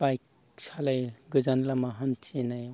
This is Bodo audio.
बाइक सालायो गोजान लामा हान्थिनायाव